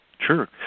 sure